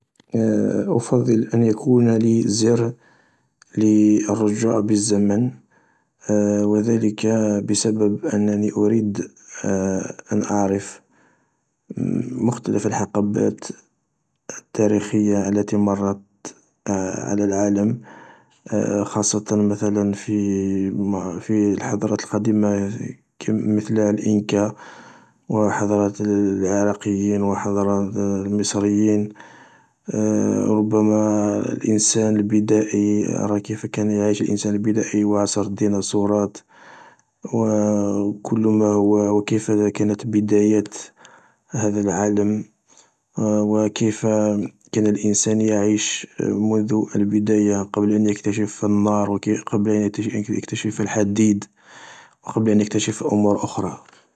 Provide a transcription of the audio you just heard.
أفضل أن يكون لي زر ل الرجوع بالزمن و ذلك بسبب أنني أريد أن أعرف مختلف الحقبات التاريخية التي مرت على العالم، خاصة مثلا في في الحضارات القديمة مثل الانكا و حضارة العراقيين و حضارة المصريين. ربما الانسان البدائي، أرى كيف كان يعيش الانسان البدائي و عصر الديناصورات و كل ماهو وكيف كانت بدايات هدا العالم. و كيف كان الانسان يعيش منذ البداية قبل أن يكتشف النار و كي-قبل أن يكتشف الحديد و قبل أن يكتشف أمور أخرى.